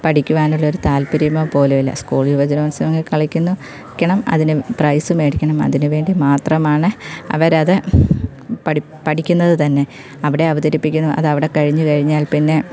പഠിക്കുവാനുള്ളൊരു താൽപര്യമോ പോലുമില്ല സ്കൂൾ യുവജനോത്സവങ്ങളിൽ കളിക്കുന്നു ക്കണം അതിന് പ്രൈസ് മേടിക്കണം അതിന് വേണ്ടി മാത്രമാണ് അവരത് പഠി പഠിക്കുന്നത് തന്നെ അവിടെ അവതരിപ്പിക്കുന്നു അതവിടെ കഴിഞ്ഞ് കഴിഞ്ഞാൽ പിന്നെ